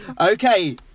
Okay